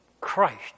Christ